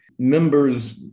Members